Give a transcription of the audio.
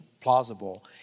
plausible